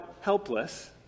helpless